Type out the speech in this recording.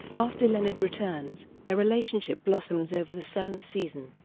after leonard returns, their relationship blossoms over the seventh season.